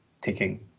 taking